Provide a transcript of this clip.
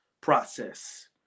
process